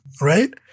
right